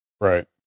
Right